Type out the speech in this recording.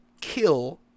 kill